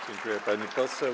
Dziękuję, pani poseł.